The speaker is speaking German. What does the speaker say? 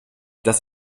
dass